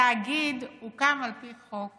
התאגיד הוקם על פי חוק